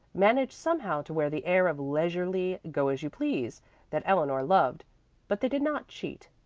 managed somehow to wear the air of leisurely go-as-you-please that eleanor loved but they did not cheat,